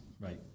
right